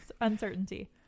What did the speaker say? uncertainty